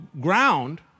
ground